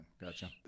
Gotcha